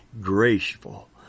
graceful